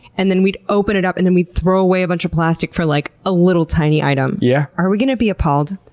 and then we'd open it up and then we throw away a bunch of plastic for, like, a little tiny item. yeah are we going to be appalled?